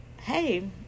hey